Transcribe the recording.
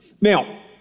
Now